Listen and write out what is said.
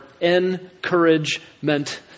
Encouragement